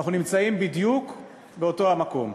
ואנחנו נמצאים בדיוק באותו המקום.